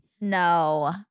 No